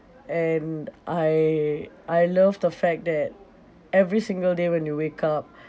and I I love the fact that every single day when you wake up